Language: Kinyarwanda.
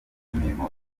imirimo